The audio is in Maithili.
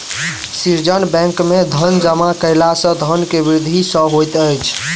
सृजन बैंक में धन जमा कयला सॅ धन के वृद्धि सॅ होइत अछि